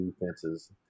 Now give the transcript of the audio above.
defenses